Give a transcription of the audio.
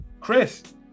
Chris